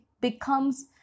becomes